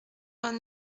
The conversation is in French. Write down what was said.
vingt